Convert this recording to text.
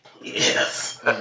Yes